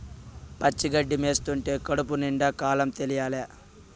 పచ్చి గడ్డి మేస్తంటే కడుపు నిండే కాలం తెలియలా